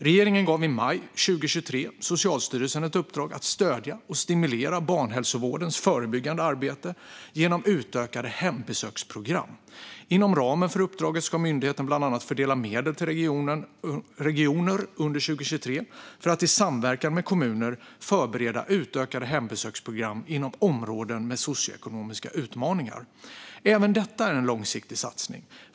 Regeringen gav i maj 2023 Socialstyrelsen ett uppdrag att stödja och stimulera barnhälsovårdens förebyggande arbete genom utökade hembesöksprogram. Inom ramen för uppdraget ska myndigheten bland annat fördela medel till regioner under 2023 för att i samverkan med kommuner förbereda utökade hembesöksprogram inom områden med socioekonomiska utmaningar. Även detta är en långsiktig satsning.